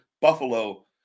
Buffalo